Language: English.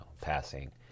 passing